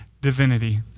divinity